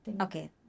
Okay